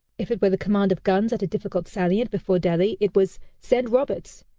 if it were the command of guns at a difficult salient before delhi, it was send roberts.